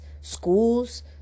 schools